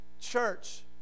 church